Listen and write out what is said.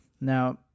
Now